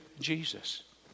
Jesus